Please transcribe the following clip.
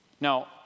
Now